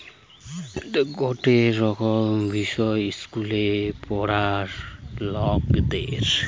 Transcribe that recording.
গটে রকমের বিষয় ইস্কুলে পোড়ায়ে লকদের